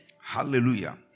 hallelujah